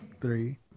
three